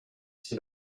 ces